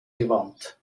gewandt